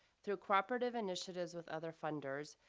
through cooperative initiatives with other funders,